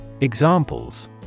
Examples